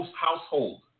household